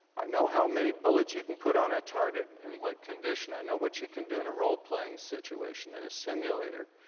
i know how many bullets you can put on a target in what condition. i know what you can do in a role-playing situation in a simulator.